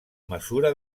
mesura